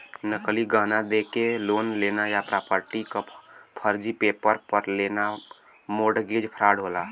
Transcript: नकली गहना देके लोन लेना या प्रॉपर्टी क फर्जी पेपर पर लेना मोर्टगेज फ्रॉड होला